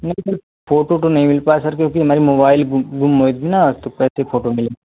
नहीं sir photo ओटो नहीं मिल पाया सर क्योंकि हमारी मोबाइल गुम हुई थी न तो कैसे फोटो मिलेगी